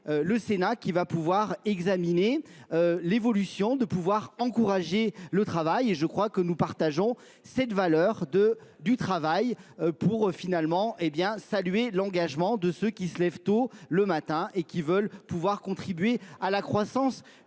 le Sénat qui va pouvoir examiner l'évolution, de pouvoir encourager le travail et je crois que nous partageons cette valeur du travail pour finalement saluer l'engagement de ceux qui se lèvent tôt le matin et qui veulent pouvoir contribuer à la croissance